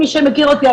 מי שמכיר אותי,